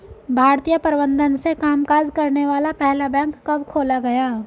भारतीय प्रबंधन से कामकाज करने वाला पहला बैंक कब खोला गया?